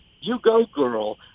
you-go-girl